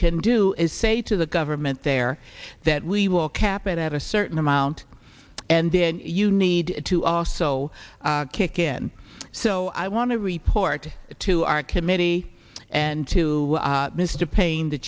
can do is say to the government there that we will cap it at a certain amount and then you need to also kick in so i want to report to our committee and to mr payne the